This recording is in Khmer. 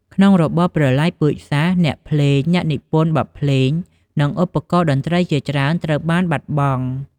ក្នុងរបបប្រល័យពូជសាសន៍ អ្នកភ្លេង អ្នកនិពន្ធបទភ្លេង និងឧបករណ៍តន្ត្រីជាច្រើនត្រូវបានបាត់បង់។